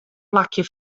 plakje